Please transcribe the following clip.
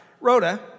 Rhoda